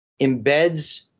embeds